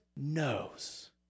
knows